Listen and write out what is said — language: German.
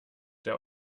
der